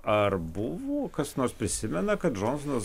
ar buvo kas nors prisimena kad džonsonas